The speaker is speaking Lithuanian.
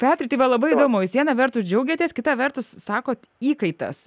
petrai tai labai įdomu jūs viena vertus džiaugiatės kita vertus sakote įkaitas